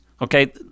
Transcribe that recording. Okay